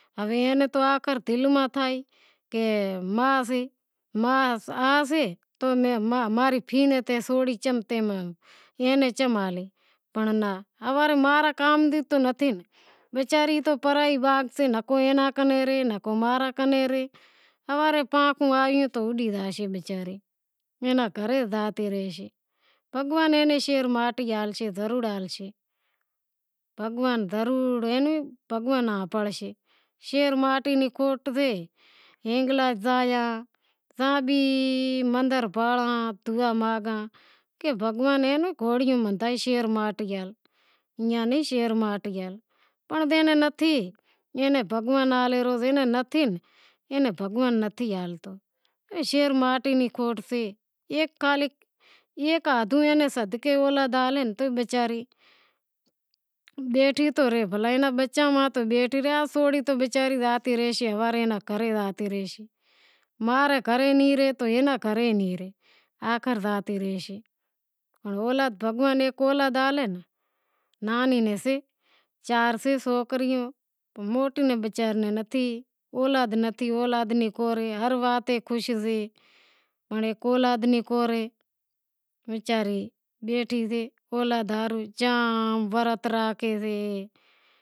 ہوے اینے تو آخر دل میں تھئی کہ ماں سے ماں آسے تو ماں نی تھی ناں سوڑی چم ٹیم ایناں چم آلیں، ای وچاری پرایو بھاگ سے نکو اینا کنے رہے نکو ماں رے کنیں رہے ہوارے پاکھوں آیوں تو اوڈی زاشے وچاری، بھگوان اینو بھی بھگوان پاڑشے ہنگلاز زایا تو مندر میں دعا مانگاں کہ بھگوان اینوں بھی گوڑیوں مانداشے ماٹیاں نو ایئاں نی بھی پنڑ جے ناں نتھی اے ناں اے خالق تو ایئاں نی صدقے اولاد ہالیں تو ئے بیچاری بیٹھی تو رہے ای بچاں ماتھے بیٹھی تو رہے سوری تو وچاری زاتی رہیشے ہوارے اینا گھرے زاتی رہیشے پنڑ بھگوان کو اولاد ہالے، نانہی سے چار سے سوکریوں موٹی وچاری نیں اولاد نتھی اولاد نی کور اے بیزو ہر وات نی خوش سے وچاری بیٹھی سے اولاد ہاروں جام ورت رکھی سے